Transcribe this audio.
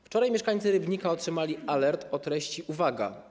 Wczoraj mieszkańcy Rybnika otrzymali alert o treści: Uwaga!